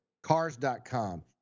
Cars.com